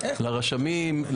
לרשמים,